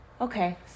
Okay